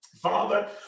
Father